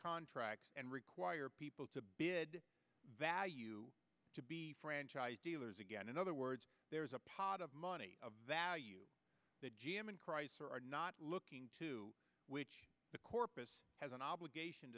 contracts and require people to bid value to be dealers again in other words there's a pot of money of value that g m and chrysler are not looking to which the corpus has an obligation